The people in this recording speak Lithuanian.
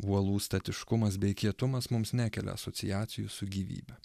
uolų statiškumas bei kietumas mums nekelia asociacijų su gyvybe